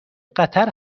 قطر